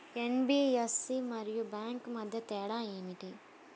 NBFC మరియు bank మధ్య తేడా ఏమిటి?